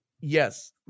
yes